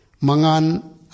Mangan